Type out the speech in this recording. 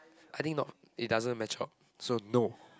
I think not it doesn't match up so no